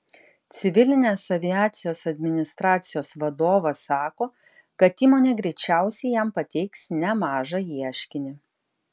civilinės aviacijos administracijos vadovas sako kad įmonė greičiausiai jam pateiks nemažą ieškinį